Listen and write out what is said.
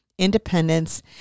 independence